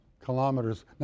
kilometers